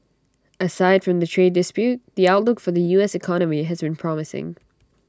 aside from the trade dispute the outlook for the us economy has been promising